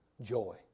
joy